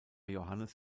johannes